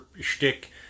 shtick